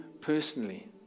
personally